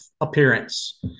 appearance